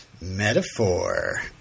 Metaphor